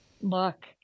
look